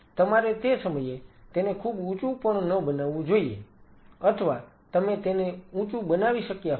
તમારે તે સમયે તેને ખુબ ઊંચું પણ ન બનાવવું જોઈએ અથવા તમે તેને ઊંચું બનાવી શક્યા હોત